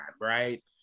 Right